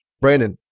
Brandon